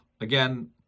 Again